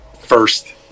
first